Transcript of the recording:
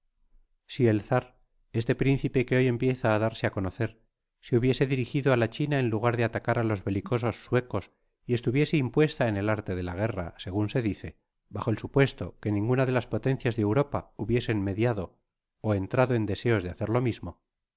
si el czar este principe que boy empieza á darse á conocer se hubiese dirigido á la china en lugar de atacar á los belicosos suecos y estuviese impuesto en el arte de la guerra segun se dice bajo el supuesto que ninguna de las potencias de europa hubiese mediado ó entrado en deseos de hacer lo mismo